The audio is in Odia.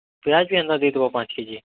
ପିଆଜ୍ ବି ଏନ୍ତା ଦେଇଥିବ ପାଞ୍ଚ୍ କେ ଜି